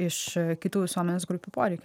iš kitų visuomenės grupių poreikių